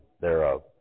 thereof